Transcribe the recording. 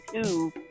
two